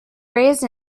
raised